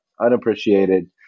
unappreciated